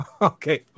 okay